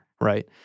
right